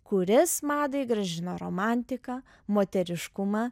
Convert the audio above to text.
kuris madai grąžino romantiką moteriškumą